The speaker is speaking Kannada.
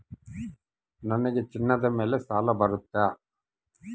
ನನಗೆ ಚಿನ್ನದ ಮೇಲೆ ಸಾಲ ಬರುತ್ತಾ?